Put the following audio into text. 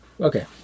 okay